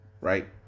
right